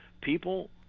people